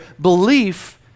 belief